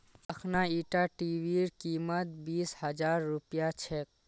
अखना ईटा टीवीर कीमत बीस हजार रुपया छेक